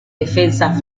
defensas